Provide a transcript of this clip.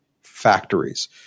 factories